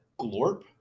Glorp